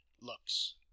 looks